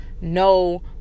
no